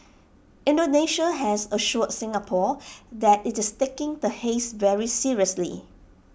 Indonesia has assured Singapore that IT is taking the haze very seriously